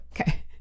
Okay